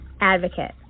advocate